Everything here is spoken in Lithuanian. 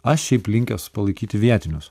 aš šiaip linkęs palaikyti vietinius